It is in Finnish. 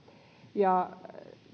ja